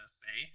say